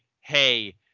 hey